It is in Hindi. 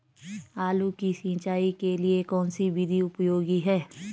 आलू की सिंचाई के लिए कौन सी विधि उपयोगी है?